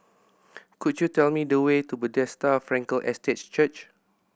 could you tell me the way to Bethesda Frankel Estate Church